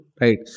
right